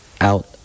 out